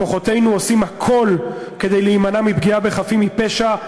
כוחותינו עושים הכול כדי להימנע מפגיעה בחפים מפשע,